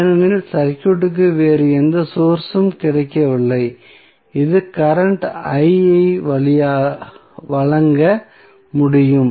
ஏனெனில் சர்க்யூட்க்கு வேறு எந்த சோர்ஸ் உம் கிடைக்கவில்லை இது கரண்ட் ஐ வழங்க முடியும்